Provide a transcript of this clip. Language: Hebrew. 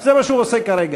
זה מה שהוא עושה כרגע.